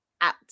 out